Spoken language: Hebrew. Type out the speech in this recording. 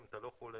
אם אתה לא חולה,